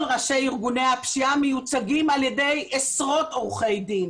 כל ראשי ארגוני הפשיעה מיוצגים על ידי עשרות עורכי דין,